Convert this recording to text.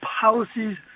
policies